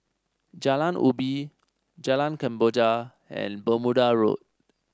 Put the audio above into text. Jalan Ubi Jalan Kemboja and Bermuda Road